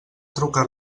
trucat